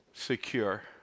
Secure